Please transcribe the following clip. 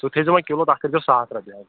سُہ تھٲیزیو وۄنۍ کِلوٗ تَتھ کٔرۍزیو ساس رۄپیہِ حظ